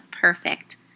perfect